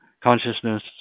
consciousness